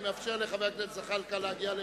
אני מאפשר לחבר הכנסת זחאלקה להגיע למקומו,